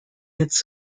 its